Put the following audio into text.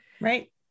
right